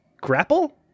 grapple